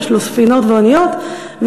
יש לו ספינות ואוניות,